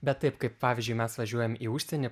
bet taip kaip pavyzdžiui mes važiuojam į užsienį